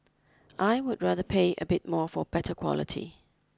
I would rather pay a bit more for better quality